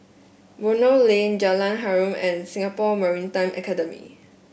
Buroh Lane Jalan Harum and Singapore Maritime Academy